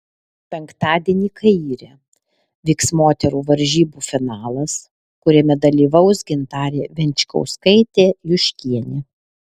penktadienį kaire vyks moterų varžybų finalas kuriame dalyvaus gintarė venčkauskaitė juškienė